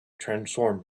transform